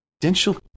potential